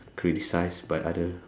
criticised by other